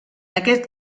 aquest